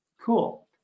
Cool